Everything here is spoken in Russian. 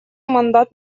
мандат